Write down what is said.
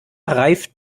reift